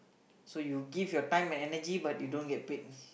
so you give your time and energy but you don't get paid